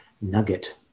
nugget